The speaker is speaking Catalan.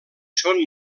són